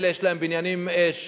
אלה יש להם בניינים 16,